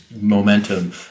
momentum